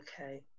Okay